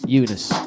Eunice